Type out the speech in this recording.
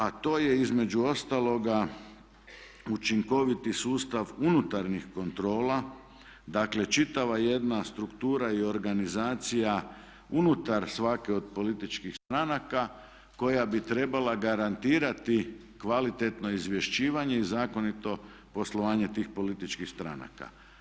A to je između ostaloga učinkoviti sustav unutarnjih kontrola, dakle čitava jedna struktura i organizacija unutar svake od političkih stranaka koja bi trebala garantirati kvalitetno izvješćivanje i zakonito poslovanje tih političkih stranaka.